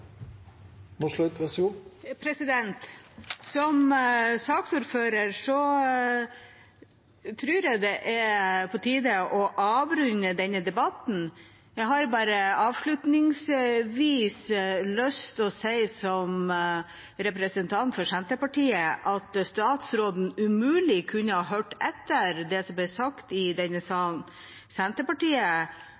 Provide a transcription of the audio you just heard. jeg det er på tide å avrunde denne debatten. Avslutningsvis har jeg, som representant for Senterpartiet, bare lyst å si at statsråden umulig kan ha hørt etter på det som er blitt sagt i denne